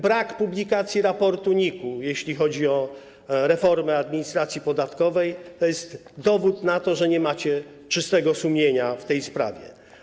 Brak publikacji raportu NIK-u, jeśli chodzi o reformę administracji podatkowej, to jest dowód na to, że nie macie czystego sumienia w tej sprawie.